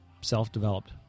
self-developed